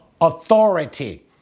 authority